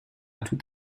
tout